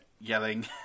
yelling